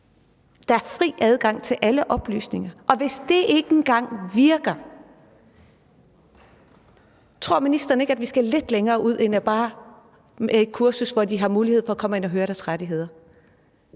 der er fri adgang til alle oplysninger, og hvis det ikke engang virker, tror ministeren så ikke, vi skal lidt længere ud end bare et kursus, hvor de har muligheder for at komme ind og høre om deres rettigheder?